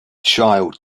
child